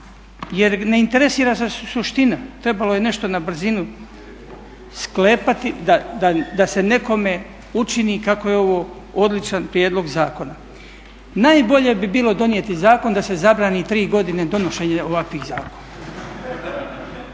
jer ne interesira ga suština. Trebalo je nešto na brzinu sklepati da se nekome učini kako je ovo odličan prijedlog zakona. Najbolje bi bilo donijeti zakon da se zabrani tri godine donošenje ovakvih zakona.